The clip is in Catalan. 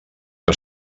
que